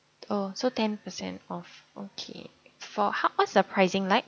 oh so ten percent off okay for how what's the pricing like